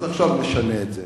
אז עכשיו נשנה את זה.